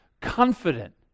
confident